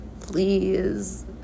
Please